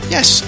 Yes